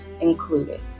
included